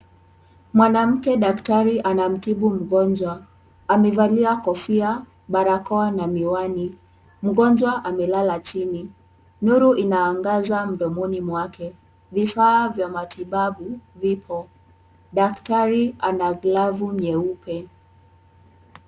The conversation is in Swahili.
Mwanamke daktari anamtibu mgonjwa, amevalia kofia, barakoa na miwani. Mgonjwa amelala chini, nuru inaangaza mdomoni mwake. Vifaa vya matibabu vipo. Daktari ana glavu nyeupe.